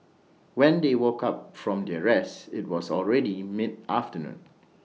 when they woke up from their rest IT was already mid afternoon